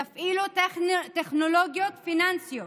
תפעילו טכנולוגיות פיננסיות,